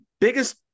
biggest